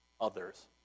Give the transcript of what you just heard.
others